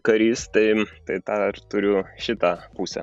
karys tai tai tą ir turiu šitą pusę